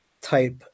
type